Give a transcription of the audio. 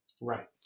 Right